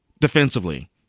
defensively